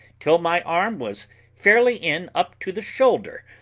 till my arm was fairly in up to the shoulder.